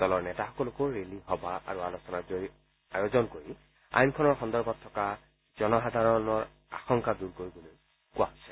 দলৰ নেতাসকলকো ৰেলী সভা আৰু আলোচনাৰ আয়োজন কৰি আইনখনৰ সন্দৰ্ভত থকা জনসাধাৰণৰ আশংকা দূৰ কৰিবলৈকো কোৱা হৈছে